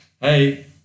hey